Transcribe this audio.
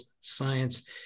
science